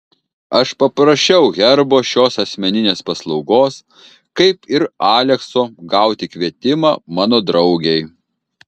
aš paprašiau herbo šios asmeninės paslaugos kaip ir alekso gauti kvietimą mano draugei